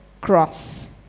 cross